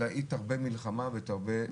אלא היא "תרבה מלחמה ותרבה"